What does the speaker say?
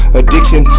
addiction